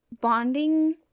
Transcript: bonding